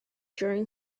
during